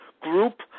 group